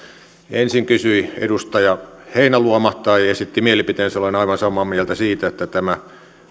ensin kysyi edustaja heinäluoma tai esitti mielipiteensä olen aivan samaa mieltä siitä että tämä